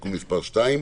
תיקון מס' 2),